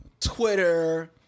Twitter